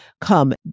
come